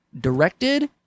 directed